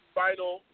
final